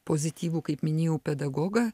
pozityvų kaip minėjau pedagogą